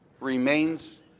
remains